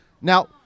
Now